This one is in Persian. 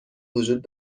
وجود